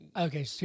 Okay